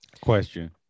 Question